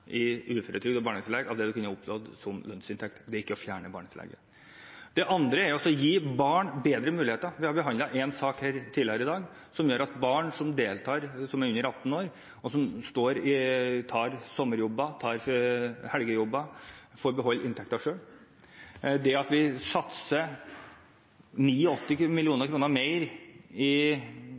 uføretrygd og barnetillegg. Det er ikke å fjerne barnetillegget. Så handler det om å gi barn bedre muligheter. Vi har behandlet en sak her tidligere i dag som gjør at barn som er under 18 år, og som har sommerjobber og helgejobber, får beholde inntekten selv. Det at vi bruker 89 mill. kr mer neste år enn vi gjorde i